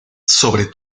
sobre